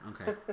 Okay